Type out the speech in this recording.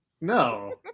No